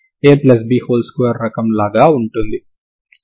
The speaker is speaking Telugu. కాబట్టి వాస్తవానికి మీరు దీనిని తిరిగి వ్రాస్తే ఇది x ct0g sds అవుతుంది